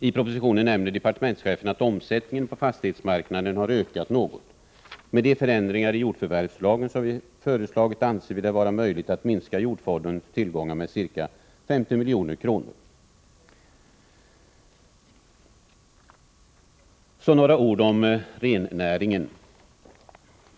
I propositionen nämner departementschefen att omsättningen på fastighetsmarknaden har ökat något. Med de förändringar i jordförvärvslagen som vi föreslagit anser vi det vara möjligt att minska jordfondens tillgångar med ca 50 milj.kr. Jag yrkar bifall till reservation 5. Så några ord om rennäringen.